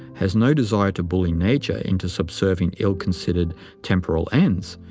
has no desire to bully nature into subserving ill-considered temporal ends,